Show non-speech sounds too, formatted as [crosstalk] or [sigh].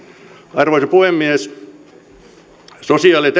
arvoisa puhemies sosiaali ja [unintelligible]